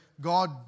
God